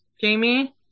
Jamie